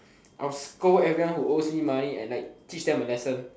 I would scold everyone who owes me money and teach them a lesson